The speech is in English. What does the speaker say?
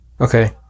Okay